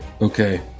okay